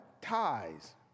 ties